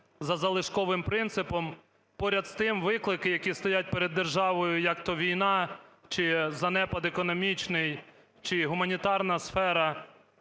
за залишковим принципом, поряд з тим виклики, які стоять перед державою: як-то війна, чи занепад економічний, чи гуманітарна сфера